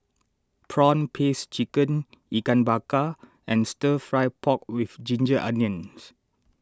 Prawn Paste Chicken Ikan Bakar and Stir Fry Pork with Ginger Onions